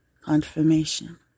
confirmation